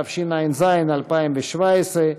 התשע"ז 2017,